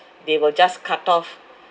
they will just cut off